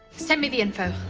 send me the info.